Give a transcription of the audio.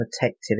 protected